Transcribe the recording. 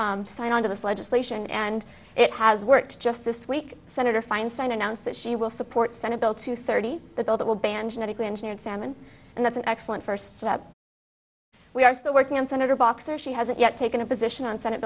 them sign on to this legislation and it has worked just this week senator feinstein announced that she will support sent a bill to thirty the bill that will ban genetically engineered salmon and that's an excellent first step we are still working on senator boxer she hasn't yet taken a position on senate